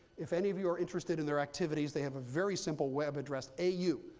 if any of you are interested in their activities, they have a very simple web address, a u,